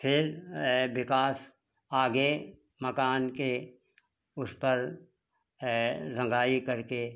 फिर विकास आगे मकान के उस पर रंगाई करके